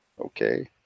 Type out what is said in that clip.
okay